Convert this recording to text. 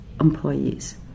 employees